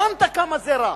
הבנת כמה זה רע.